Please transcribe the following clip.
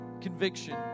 conviction